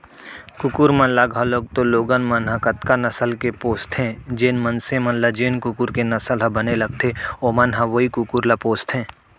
कुकुर मन ल घलौक तो लोगन मन ह कतका नसल के पोसथें, जेन मनसे मन ल जेन कुकुर के नसल ह बने लगथे ओमन ह वोई कुकुर ल पोसथें